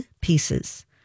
pieces